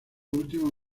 última